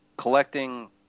collecting